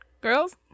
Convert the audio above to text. girls